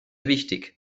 wichtig